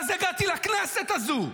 אז הגעתי לכנסת הזו,